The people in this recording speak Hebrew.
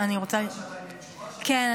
את רוצה את התשובה --- כן,